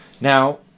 Now